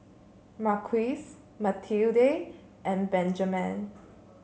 Marquise Matilde and Benjamen